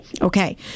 okay